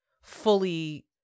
fully